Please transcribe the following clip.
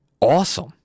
awesome